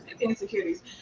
insecurities